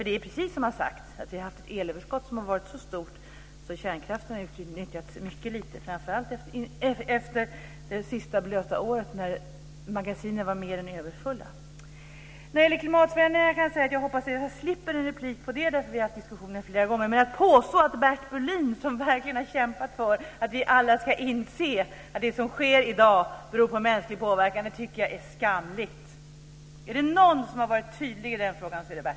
Det är precis som har sagts, att vi har haft ett elöverskott som har varit så stort att kärnkraften har utnyttjats mycket litet, framför allt efter det senaste blöta året när magasinen är mer än överfulla. När det gäller klimatförändringar hoppas jag att jag slipper en replik på det, därför att vi har haft diskussioner om det flera gånger. Att påstå det om Bert Bolin, som verkligen har kämpat för att vi alla ska inse att det som sker i dag beror på mänsklig påverkan, är skamligt. Om det är någon som har varit tydlig i den frågan är det Bert Bolin.